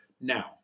Now